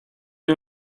you